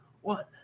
one